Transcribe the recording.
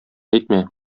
әйтмә